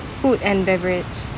food and beverage